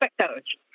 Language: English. coach